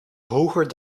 hoger